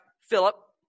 Philip